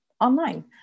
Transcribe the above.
online